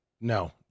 No